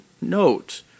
note